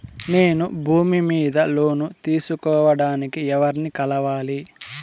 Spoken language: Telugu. నేను భూమి మీద లోను తీసుకోడానికి ఎవర్ని కలవాలి?